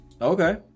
Okay